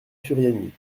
furiani